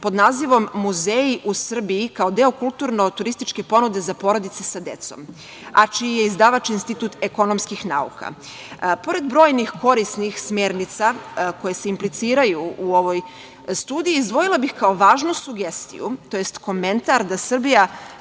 pod nazivom „Muzeji u Srbiji kao deo kulturno turističke ponude za porodice sa decom“, a čiji je izdavač Institut ekonomskih nauka. Pored brojnih korisnih smernica koje se impliciraju u ovoj studiji, izdvojila bih kao važnu sugestiju, tj. komentar da Srbija